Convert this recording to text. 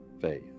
faith